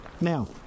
Now